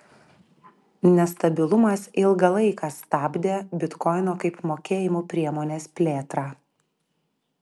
nestabilumas ilgą laiką stabdė bitkoino kaip mokėjimų priemonės plėtrą